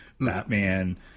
Batman